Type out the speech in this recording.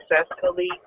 successfully